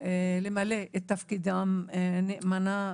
למלא את תפקידם נאמנה,